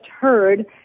heard